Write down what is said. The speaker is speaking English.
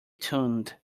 tuned